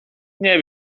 nie